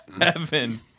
Heaven